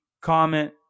comment